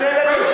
את מאפשרת,